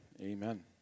Amen